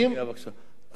חבר הכנסת אלקין,